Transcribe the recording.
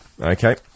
Okay